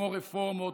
כמו רפורמות,